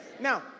Now